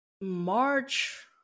March